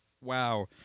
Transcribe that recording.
Wow